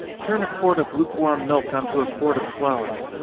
turn a quart of lukewarm milk on to a quart of flour.